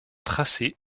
tracé